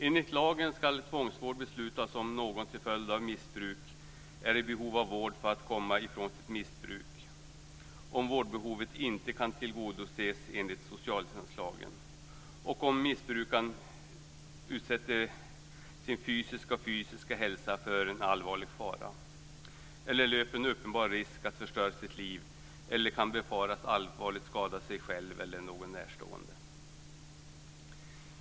Enligt lagen ska tvångsvård beslutas om någon till följd av missbruk är i behov av vård för att komma ifrån sitt missbruk och vårdbehovet inte kan tillgodoses enligt socialtjänstlagen och om missbrukaren utsätter sin fysiska eller psykiska hälsa för allvarlig fara, löper uppenbar risk att förstöra sitt liv eller kan befaras komma att allvarligt skada sig själv eller någon närstående.